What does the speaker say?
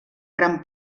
gran